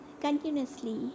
continuously